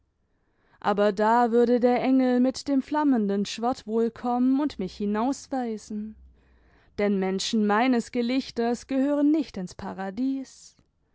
aber da würde der engel mit dem flammenden schwert wohl kommen und mich hinausweisen denn menschen meines gelichters gehören nicht ins paradies